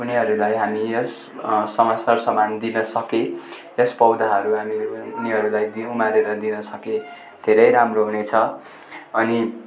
उनीहरूलाई हामी यस सम सरसामान दिन सके यस पौधाहरू हामी उनीहरूलाई उमारेर दिन सके धेरै राम्रो हुनेछ अनि